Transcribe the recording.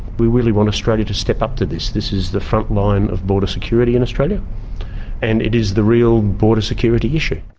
we really want australia to step up to this, this is the frontline of border security in australia and it is the real border security issue.